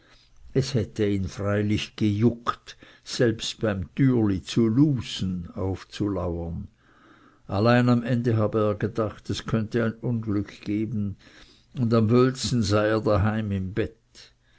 es hätte ihn freilich gejuckt selbst beim türli zu lußen allein am ende habe er gedacht es könnte ein unglück geben und am wöhlsten sei er daheim im bett